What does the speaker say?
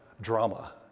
drama